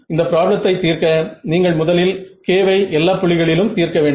இந்த ப்ராப்ளத்தை தீர்க்க நீங்கள் முதலில் k வை எல்லா புள்ளிகளிலும் தீர்க்க வேண்டும்